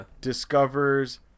discovers